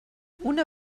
una